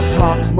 talk